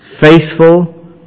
Faithful